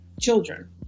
children